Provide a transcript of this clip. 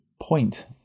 point